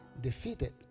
defeated